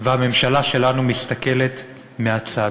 והממשלה שלנו מסתכלת מהצד.